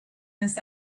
this